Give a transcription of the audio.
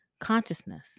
consciousness